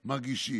מרגישים.